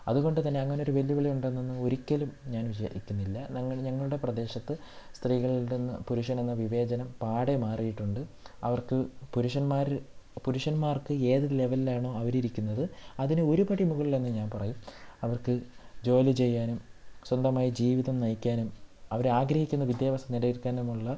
അതുകൊണ്ടുതന്നെ അങ്ങനെ ഒരു വെല്ലുവിളി ഉണ്ടെന്നൊന്നും ഒരിക്കലും ഞാൻ വിചാരിക്കുന്നില്ല നങ്ങൾ ഞങ്ങളുടെ പ്രദേശത്ത് സ്ത്രീകളിൽ നിന്ന് പുരുഷനെന്ന വിവേചനം പാടെ മാറിയിട്ടുണ്ട് അവർക്ക് പുരുഷന്മാരിൽ പുരുഷന്മാർക്ക് ഏത് ലെവൽ ആണോ അവരിരിക്കുന്നത് അതിന് ഒരു പടി മുകളിൽ എന്ന് ഞാൻ പറയും അവർക്ക് ജോലി ചെയ്യാനും സ്വന്തമായി ജീവിതം നയിക്കാനും അവർ ആഗ്രഹിക്കുന്ന വിദ്യാഭ്യാസം നേടിയെടുക്കാനുമുള്ള